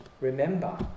Remember